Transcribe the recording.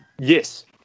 Yes